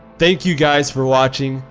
thank you guys for watching!